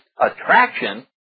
attraction